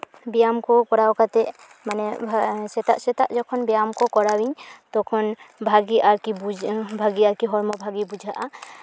ᱵᱮᱭᱟᱢ ᱠᱚ ᱠᱚᱨᱟᱣ ᱠᱟᱛᱮ ᱢᱟᱱᱮ ᱥᱮᱛᱟᱜ ᱥᱮᱛᱟᱜ ᱡᱚᱠᱷᱚᱱ ᱵᱮᱭᱟᱢ ᱠᱚ ᱠᱚᱨᱟᱣ ᱟᱹᱧ ᱛᱚᱠᱷᱚᱱ ᱵᱷᱟᱜᱮ ᱟᱨᱠᱤ ᱵᱩᱡᱷᱟᱹᱜ ᱵᱷᱟᱜᱮ ᱟᱨᱠᱤ ᱦᱚᱲᱢᱚ ᱵᱷᱟᱜᱮ ᱵᱩᱡᱷᱟᱹᱜᱼᱟ